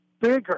bigger